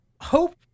hope